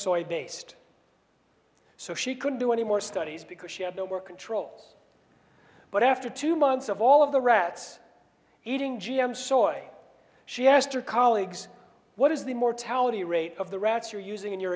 soy based so she couldn't do any more studies because she had no more control but after two months of all of the rats eating g m soy she asked her colleagues what is the mortality rate of the rats you're using in your